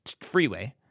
freeway